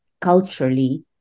culturally